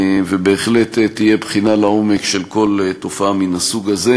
ובהחלט תהיה בחינה לעומק של כל תופעה מן הסוג הזה,